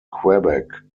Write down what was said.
quebec